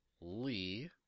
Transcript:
Lee